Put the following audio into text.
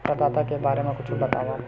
प्रदाता के बारे मा कुछु बतावव?